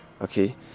Okay